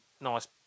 nice